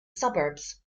suburbs